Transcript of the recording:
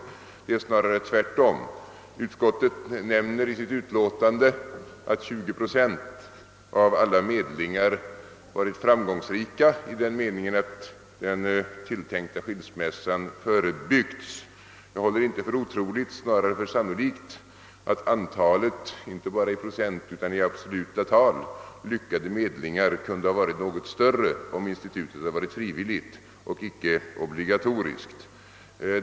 Det förhåller sig snarare tvärtom. Utskottet nämner i sitt utlåtande att 20 procent av alla medlingar varit framgångsrika i den meningen att den tilltänkta skilsmässan inte blivit av. Jag håller inte för otroligt utan snarare för sannolikt att antalet, inte bara i procent utan också i absoluta tal, lyckade medlingar kunde ha varit något större om institutet varit frivilligt och inte obligatoriskt.